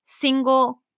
single